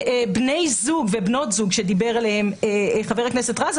על בני זוג ובנות זוג דיבר חבר הכנסת רז,